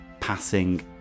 passing